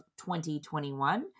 2021